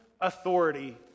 authority